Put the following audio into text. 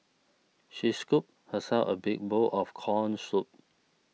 she scooped herself a big bowl of Corn Soup